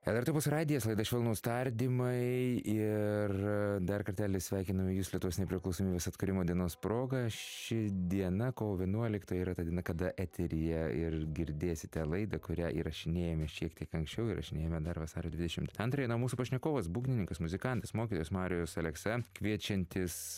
lrt opus radijas laida švelnūs tardymai ir dar kartelį sveikinam jus lietuvos nepriklausomybės atkūrimo dienos proga ši diena kovo vienuolikta yra ta diena kada eteryje ir girdėsite laida kurią įrašinėjame šiek tiek anksčiau įrašinėjame dar vasario dvidešimt antrąją na mūsų pašnekovas būgnininkas muzikantas mokytojas marijus aleksa kviečiantis